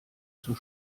zur